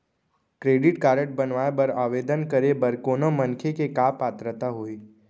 Credit card बनवाए बर आवेदन करे बर कोनो मनखे के का पात्रता होही?